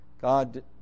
God